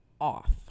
off